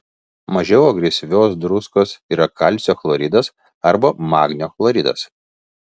mažiau agresyvios druskos yra kalcio chloridas arba magnio chloridas